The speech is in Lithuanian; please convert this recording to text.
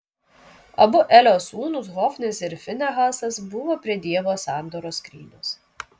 abu elio sūnūs hofnis ir finehasas buvo prie dievo sandoros skrynios